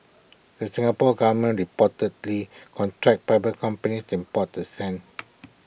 the Singapore Government reportedly contracts private companies to import the sand